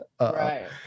Right